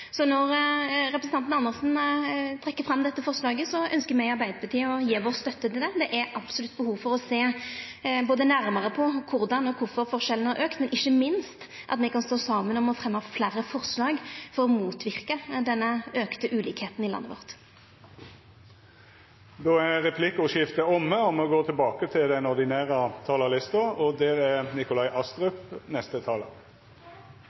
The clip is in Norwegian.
Så når representanten Andersen trekkjer fram dette forslaget, ønskjer me i Arbeidarpartiet å gje vår støtte det. Det er absolutt behov for å sjå nærmare på både korleis og kvifor forskjellane har auka, men ikkje minst at me kan stå saman om å fremja fleire forslag for å motverka denne auka ulikskapen i landet vårt. Replikkordskiftet er omme. Norge er